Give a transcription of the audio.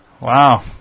Wow